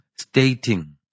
stating